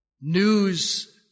news